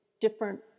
different